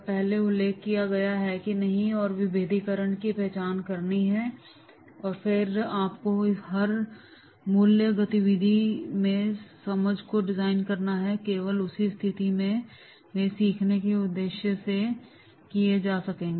पहले उल्लेख किया गया है कि आपको विभेदीकरण की पहचान करनी है और फिर आपको हर मूल्य गतिविधि में समझ को डिजाइन करना होगा और केवल उसी स्थिति में वे सीखने के उद्देश्य के लिए जा सकेंगे